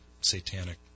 satanic